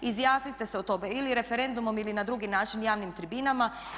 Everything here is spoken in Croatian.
Izjasnite se o tome ili referendumom ili na drugi način javnim tribinama.